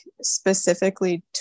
specifically